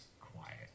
quiet